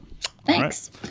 Thanks